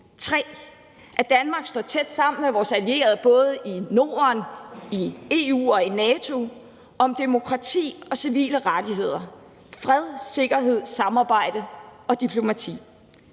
3: At Danmark står tæt sammen med vores allierede både i Norden, i EU og i NATO om demokrati og civile rettigheder, fred, sikkerhed, samarbejde og diplomati.